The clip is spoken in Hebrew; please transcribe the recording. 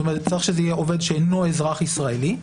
זאת אומרת שצריך שזה יהיה עובד שאינו אזרח ישראלי,